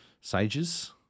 sages